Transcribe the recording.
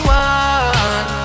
one